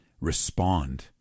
respond